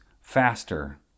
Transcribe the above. faster